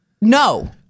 No